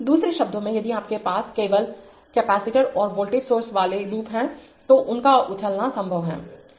दूसरे शब्दों में यदि आपके पास केवल कैपेसिटर और वोल्टेज सोर्स वाले लूप हैं तो उनका उछलना संभव है